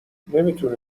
نمیتونی